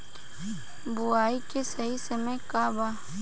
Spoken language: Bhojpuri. बुआई के सही समय का वा?